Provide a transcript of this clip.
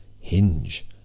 Hinge